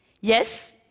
Yes